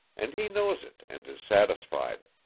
and he knows it and is satisfied.